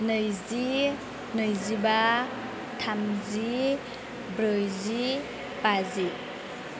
नैजि नैजिबा थामजि ब्रैजि बाजि